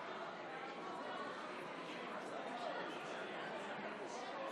אני קובע כי הכנסת קיבלה את הודעת ראש הממשלה.